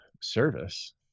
service